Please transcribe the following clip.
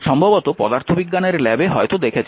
সম্ভবত পদার্থবিজ্ঞানের ল্যাবে হয়তো দেখেছেন